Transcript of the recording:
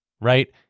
right